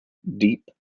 deep